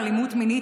על אלימות מינית,